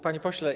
Panie Pośle!